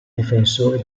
difensori